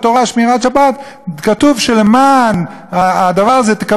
כתוב שלמען הדבר זה תקבלו את ארץ-ישראל.